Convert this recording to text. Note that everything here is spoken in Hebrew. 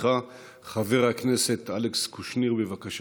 חבר הכנסת אלכס קושניר, בבקשה.